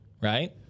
right